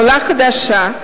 עולה חדשה,